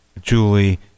julie